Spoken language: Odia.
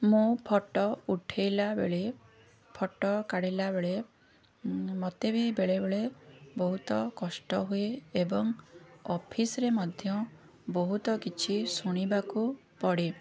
ମୁଁ ଫଟୋ ଉଠେଇଲା ବେଳେ ଫଟୋ କାଢ଼ିଲା ବେଳେ ମୋତେ ବି ବେଳେବେଳେ ବହୁତ କଷ୍ଟ ହୁଏ ଏବଂ ଅଫିସ୍ରେ ମଧ୍ୟ ବହୁତ କିଛି ଶୁଣିବାକୁ ପଡ଼େ